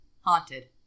haunted